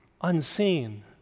unseen